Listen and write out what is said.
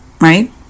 right